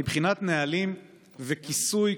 מבחינת נהלים וכיסוי,